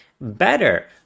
better